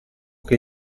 che